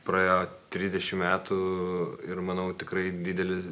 praėjo trisdešimt metų ir manau tikrai didelis